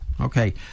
Okay